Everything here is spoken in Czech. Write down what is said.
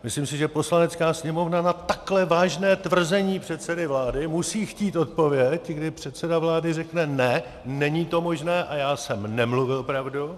Myslím si, že Poslanecká sněmovna na takhle vážné tvrzení předsedy vlády musí chtít odpověď, kdy předseda vlády řekne: ne, není to možné a já jsem nemluvil pravdu.